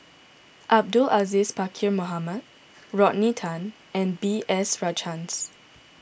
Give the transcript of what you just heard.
Abdul Aziz Pakkeer Mohamed Rodney Tan and B S Rajhans